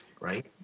right